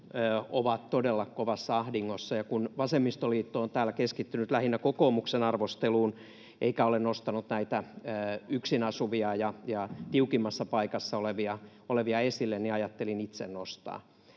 ovat todella kovassa ahdingossa, ja kun vasemmistoliitto on täällä keskittynyt lähinnä kokoomuksen arvosteluun eikä ole nostanut näitä yksin asuvia ja tiukimmassa paikassa olevia esille, niin ajattelin itse nostaa,